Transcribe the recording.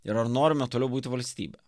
ir ar norime toliau būti valstybe